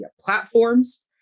platforms